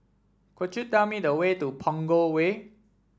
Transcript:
could you tell me the way to Punggol Way